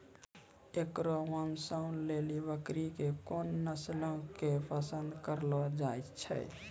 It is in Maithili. एकरो मांसो लेली बकरी के कोन नस्लो के पसंद करलो जाय छै?